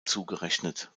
zugerechnet